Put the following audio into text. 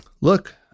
look